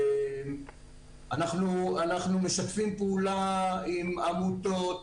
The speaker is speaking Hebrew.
אנחנו משתפים פעולה עם עמותות